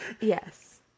Yes